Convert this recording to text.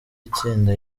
itsinda